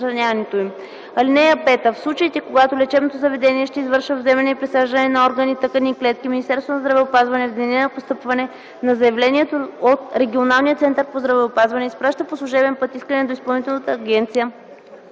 им. (5) В случаите, когато лечебното заведение ще извършва вземане и присаждане на органи, тъкани и клетки, Министерството на здравеопазването в деня на постъпване на заявлението от регионалния център по здравеопазване изпраща по служебен път искане до Изпълнителната агенция